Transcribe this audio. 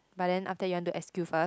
but then after that you want do S_Q first